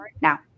now